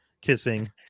kissing